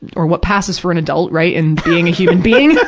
or what passes for an adult, right, and being a human being